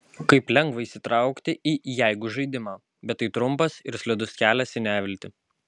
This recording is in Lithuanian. kaip lengva įsitraukti į jeigu žaidimą bet tai trumpas ir slidus kelias į neviltį